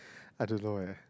I don't know eh